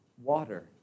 water